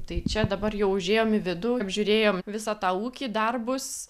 tai čia dabar jau užėjom į vidų apžiūrėjom visą tą ūkį darbus